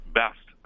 best